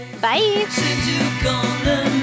Bye